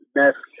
best